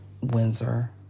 Windsor